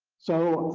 so,